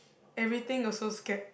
everything also scared